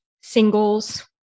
singles